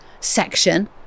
section